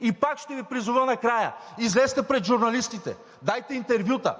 И пак ще Ви призова накрая: излезте пред журналистите, дайте интервюта,